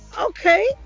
okay